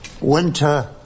Winter